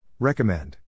Recommend